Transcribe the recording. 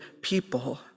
people